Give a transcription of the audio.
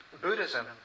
Buddhism